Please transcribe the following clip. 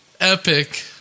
Epic